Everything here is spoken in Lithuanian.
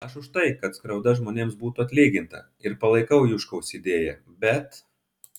aš už tai kad skriauda žmonėms būtų atlyginta ir palaikau juškaus idėją bet